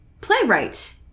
playwright